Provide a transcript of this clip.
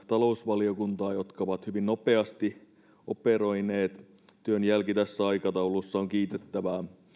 talousvaliokuntaa jotka ovat hyvin nopeasti operoineet työn jälki tässä aikataulussa on kiitettävää